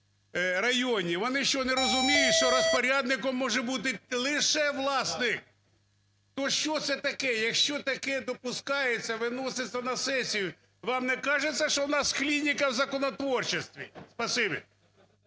Вони що, не розуміють, що розпорядником може бути лише власник? Ну, що це таке? Якщо таке допускається, виноситься на сесію, вам не кажется, що в нас "клініка" в законотворчості?